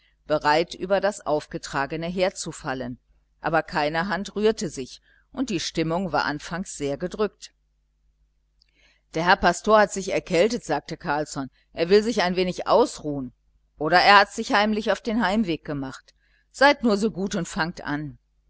bereit über das aufgetragene herzufallen aber keine hand rührte sich und die stimmung war anfangs sehr gedrückt der herr pastor hat sich erkältet sagte carlsson er will sich ein wenig ausruhen oder er hat sich heimlich auf den heimweg gemacht seid nur so gut und fangt an